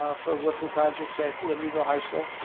for roofing projects at libertyville high school,